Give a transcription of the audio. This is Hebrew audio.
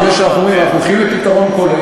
מפני שאנחנו אומרים: אנחנו הולכים לפתרון כולל,